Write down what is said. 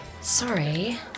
Sorry